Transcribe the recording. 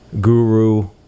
guru